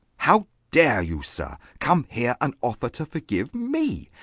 how dare you, sir, come here and offer to forgive me,